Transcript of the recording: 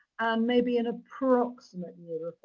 maybe an approximate year